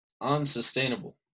unsustainable